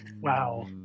Wow